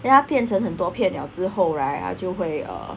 then 它变成很多片了之后 right 它就会 uh